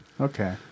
Okay